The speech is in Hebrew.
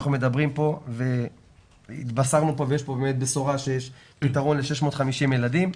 אנחנו מדברים פה והתבשרנו פה ויש פה באמת בשורה שיש תקציב ל-650 ילדים,